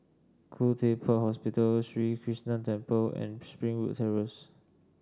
Khoo Teck Puat Hospital Sri Krishnan Temple and Springwood Terrace